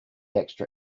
extra